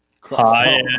Hi